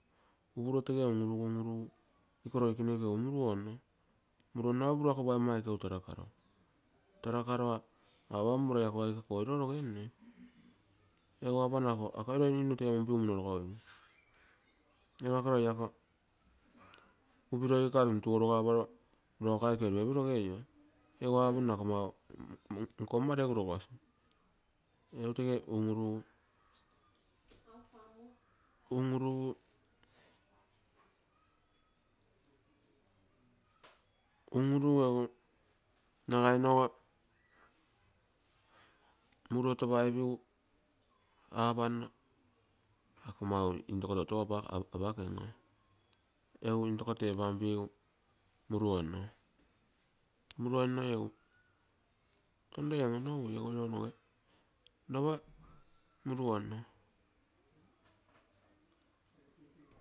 Upuro tege un-urugu, un-urugu iko loikene iko egu muruonno, muruoinnai ako paigomma aike, ako egu tarakaroa apam mmo lai ako aike ako oiro rogennei, egu apanno ako ako loi ninu temunpigu munno rogogim. Egu ako loi ako upuro ikoge tuntugu oroga aparo, "lo ako aike oiropepio regeio", egu apunno ako mau nkomma regu rogosi, egu tege un-urugu nagainogo muruotopaigu apanno ako mau intoko toutou apakeio. Egu intoko tepan pigu muruonno muruonnoi egu ton lole on-onogun apo irou noge lopa muruonno.